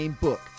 Book